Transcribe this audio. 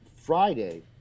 Friday